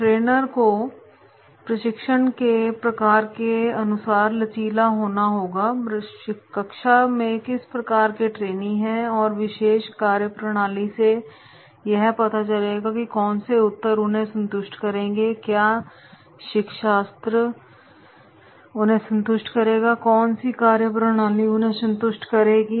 trainer को प्रशिक्षण के प्रकार के अनुसार लचीला होना होगाकक्षा में किस प्रकार के ट्रेनी हैं और विशेष कार्यप्रणाली से यह पता चलेगा की कौन से उत्तर उन्हें संतुष्ट करेंगे क्या शिक्षाशास्त्र उन्हें संतुष्ट करेगा कौन सी कार्यप्रणाली उन्हें संतुष्ट करेगी